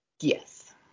yes